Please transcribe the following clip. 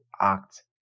act